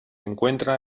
encuentra